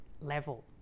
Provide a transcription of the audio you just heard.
level